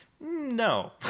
No